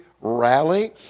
rally